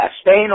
Spain